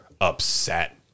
upset